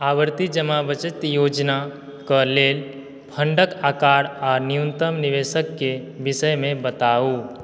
आवर्ती जमा बचत योजनाके लेल फण्डके आकार आओर न्यूनतम निवेशकके विषयमे बताउ